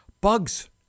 Bugs